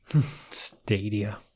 Stadia